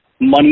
Money